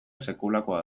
sekulakoa